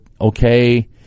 okay